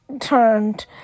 turned